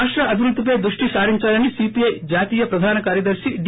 రాష్ట అభివృద్దిపై దృష్టి సారిందాలని సీపీఐ జాతీయ ప్రధాన కార్యదర్తి డి